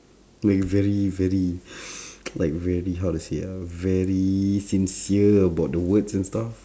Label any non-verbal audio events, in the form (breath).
when you very very (breath) like very how to say ah very sincere about the words and stuff